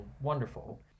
wonderful